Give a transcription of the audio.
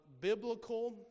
biblical